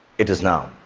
it is now,